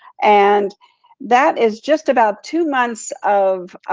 and that is just about two months of ah